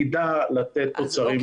נדע לתת תוצרים טובים.